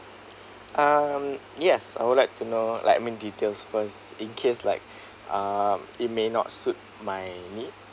um yes I would like to know like I mean details first in case like um it may not suit my needs